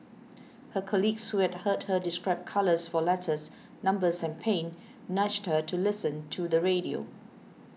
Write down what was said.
her colleagues who had heard her describe colours for letters numbers and pain nudged her to listen to the radio